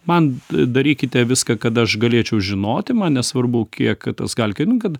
man darykite viską kad aš galėčiau žinoti man nesvarbu kiek tas gali kainuot kad